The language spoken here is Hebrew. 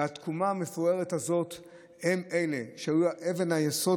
ובתקומה המפוארת הזאת הם אלה שהיו אבן היסוד,